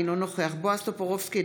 אינו נוכח בועז טופורובסקי,